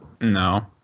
No